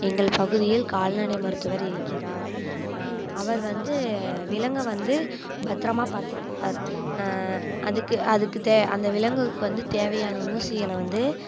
எங்கள் பகுதியில் கால்நடை மருத்துவர் இருக்கிறார் அவர் வந்து விலங்க வந்து பத்தரமாக பார்த்துப்பார் அதுக்கு அதுக்குத் தே அந்த விலங்குக்கு வந்து தேவையான ஊசிகளை வந்து